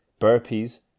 burpees